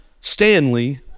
Stanley